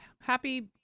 Happy